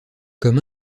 comme